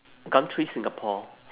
gumtree singapore